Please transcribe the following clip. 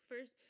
first